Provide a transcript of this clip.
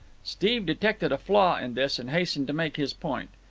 steve detected a flaw in this and hastened to make his point.